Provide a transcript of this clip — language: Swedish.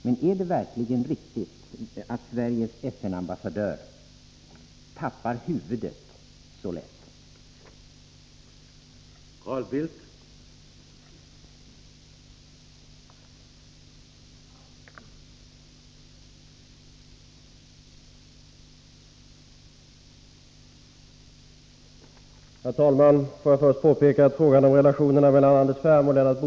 Men är det verkligen riktigt att Sveriges FN-ambassadör tappar huvudet så lätt?